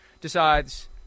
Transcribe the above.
decides